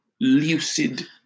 lucid